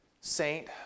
saint